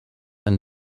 ein